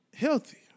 healthy